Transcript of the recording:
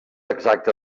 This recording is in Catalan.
exacte